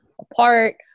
apart